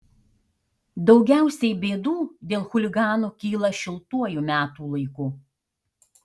daugiausiai bėdų dėl chuliganų kyla šiltuoju metų laiku